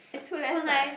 it's too less right